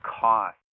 cost